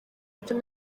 icyo